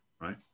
right